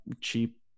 cheap